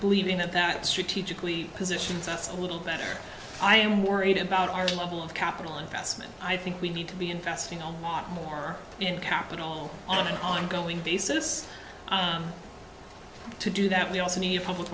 believing that that strategically positions us a little better i am worried about our level of capital investment i think we need to be investing a lot more in capital on an ongoing basis to do that